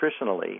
nutritionally